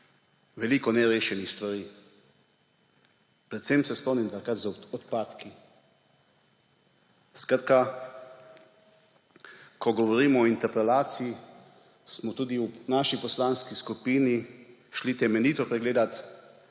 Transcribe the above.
veliko nerešenih stvari, predvsem se spomnim takrat z odpadki. Skratka, ko govorimo o interpelaciji, smo tudi v naši poslanski skupini šli temeljito pregledat,